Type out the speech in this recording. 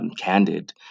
Candid